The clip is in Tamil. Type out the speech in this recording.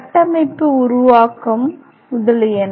கட்டமைப்பு உருவாக்கம் முதலியன